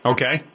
Okay